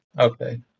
okay